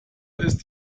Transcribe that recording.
ist